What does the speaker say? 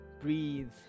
Breathe